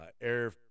air